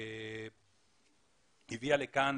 שהביאה לכאן